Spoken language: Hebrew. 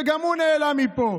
וגם הוא נעלם מפה.